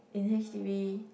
in H_d_B